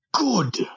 Good